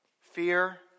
fear